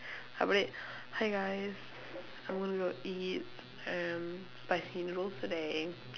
அப்படியே:appadiyee hi guys I'm gonna go eat um spicy noodles today